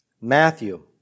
Matthew